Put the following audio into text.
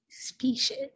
species